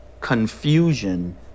confusion